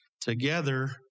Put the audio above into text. Together